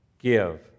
give